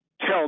tell